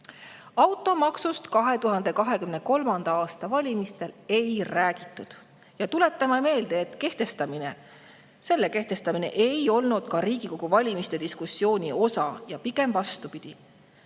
Automaksust 2023. aasta valimistel ei räägitud ja tuletame meelde, et selle kehtestamine ei olnud ka Riigikogu valimiste diskussiooni osa, pigem vastupidi.